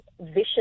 vicious